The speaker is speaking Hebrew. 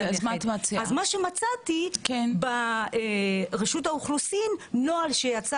מה שמצאתי ברשות האוכלוסין, נוהל שיצא